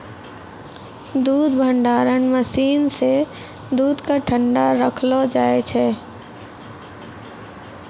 दूध भंडारण मसीन सें दूध क ठंडा रखलो जाय छै